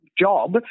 job